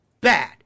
Bad